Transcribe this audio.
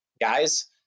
guys